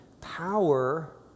power